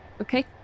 Okay